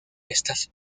estas